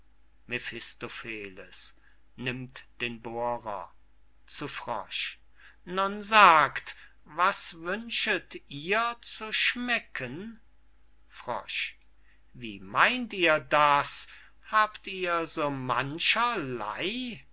zu frosch nun sagt was wünschet ihr zu schmecken wie meynt ihr das habt ihr so mancherley